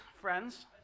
friends